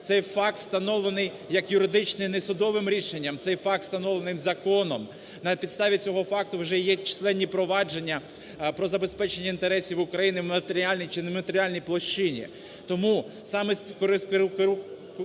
Цей факт встановлений, як юридичний, не судовим рішенням, цей факт встановлений законом. На підставі цього факту вже є численні провадження про забезпечення інтересів України в матеріальній чи нематеріальній площині.